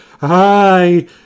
hi